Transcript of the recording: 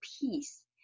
peace